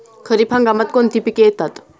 खरीप हंगामात कोणती पिके येतात?